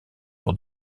pour